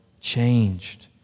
changed